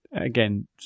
again